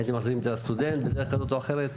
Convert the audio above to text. הייתם מחזירים את זה לסטודנט בדרך כזאת או אחרת?